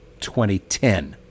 2010